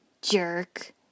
Jerk